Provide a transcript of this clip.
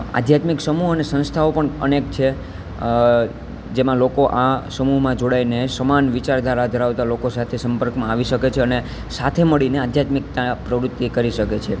આધ્યાત્મિક સમૂહ અને સંસ્થાઓ પણ અનેક છે જેમાં લોકો આ સમૂહમાં જોડાઈને સમાન વિચારધારા ધરાવતાં લોકો સાથે સંપર્કમાં આવી શકે છે અને સાથે મળીને આધ્યાત્મિકતા પ્રવૃત્તિ કરી શકે છે